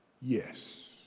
yes